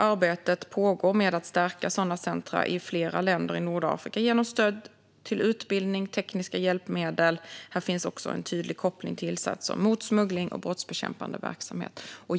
Arbetet pågår med att stärka sådana center i flera länder i Nordafrika genom stöd till utbildning och tekniska hjälpmedel. Här finns också en tydlig koppling till insatser mot smuggling och brottsbekämpande verksamhet.